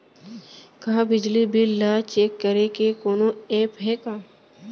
का बिजली बिल ल चेक करे के कोनो ऐप्प हे का?